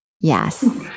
Yes